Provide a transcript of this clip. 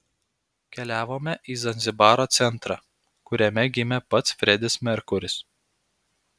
keliavome į zanzibaro centrą kuriame gimė pats fredis merkuris